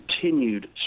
continued